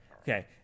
Okay